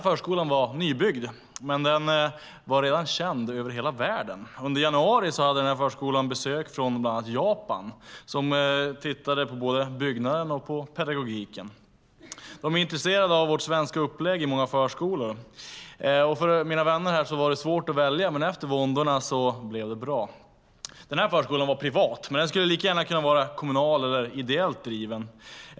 Förskolan är nybyggd men redan känd över hela världen. Under januari hade förskolan besökare från bland annat Japan, som tittade på både byggnaden och pedagogiken. De var intresserade av upplägget i svenska förskolor. Mina vänner tyckte att det var svårt att välja, men efter våndorna blev det bra. Den här förskolan var privat, men den hade lika gärna kunnat vara kommunalt eller ideellt driven.